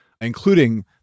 including